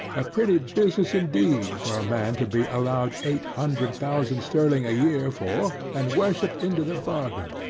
a pretty business indeed for a man to be allowed eight hundred thousand sterling a year for, and worshipped into the bargain!